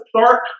start